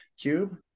cube